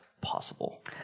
possible